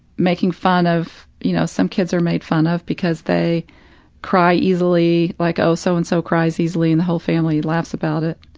making fun of you know, some kids are made fun of because they cry easily, like, oh, so-and-so so and so cries easily, and the whole family laughs about it,